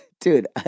Dude